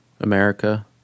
america